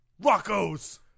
Rocco's